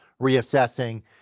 reassessing